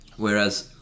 Whereas